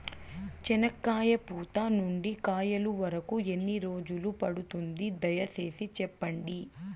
చెనక్కాయ పూత నుండి కాయల వరకు ఎన్ని రోజులు పడుతుంది? దయ సేసి చెప్పండి?